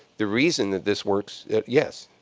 the reason this works yes.